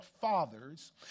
fathers